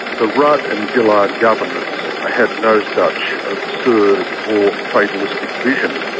the rudd and gillard governments ah had no such absurd or fatalistic vision.